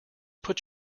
put